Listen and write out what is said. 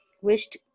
wished